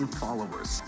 followers